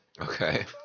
Okay